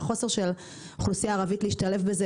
והחוסר של האוכלוסייה הערבית להשתלב בזה,